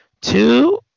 Two